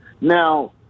Now